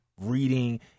reading